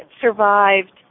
survived